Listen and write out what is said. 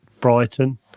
brighton